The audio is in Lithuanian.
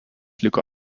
liko